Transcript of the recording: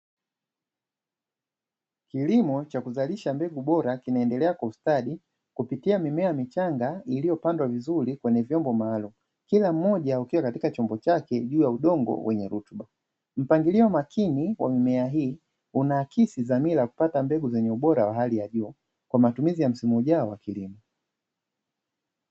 Kilimo cha kuzalisha mbegu bora kinaendelea kwa ustadi kupitia mimea michanga iliyopandwa kwa vizuri kwenye vyombo maalumu, kila mmoja ukiwa katika chombo chake juu ya udongo wenye rutuba. Mpangilio makini wa mimea hii unaakisi dhamira ya kupata mbegu zenye ubora wa hali ya juu kwa matumizi ya msimu ujao wa kilimo.